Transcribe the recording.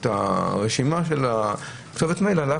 את הרשימה של כתובת המייל על אף